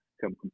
come